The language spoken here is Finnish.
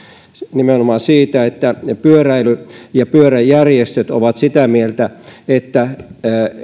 nimenomaan niin että pyöräily ja pyöräjärjestöt ovat sitä mieltä että